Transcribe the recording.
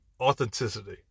authenticity